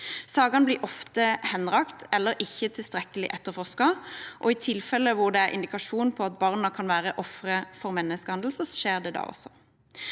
Sakene blir ofte henlagt eller ikke tilstrekkelig etterforsket, og også i tilfeller hvor det er indikasjon på at barna kan være ofre for menneskehandel, skjer dette.